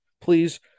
please